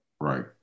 right